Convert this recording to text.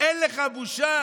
אין לך בושה?